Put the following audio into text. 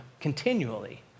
continually